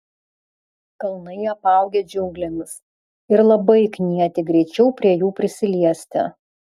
kalnai apaugę džiunglėmis ir labai knieti greičiau prie jų prisiliesti